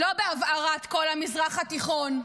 לא בהבערת כל המזרח התיכון,